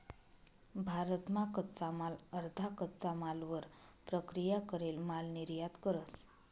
भारत मा कच्चा माल अर्धा कच्चा मालवर प्रक्रिया करेल माल निर्यात करस